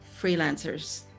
freelancers